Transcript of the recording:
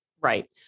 Right